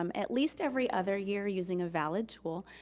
um at least, every other year using valid tool,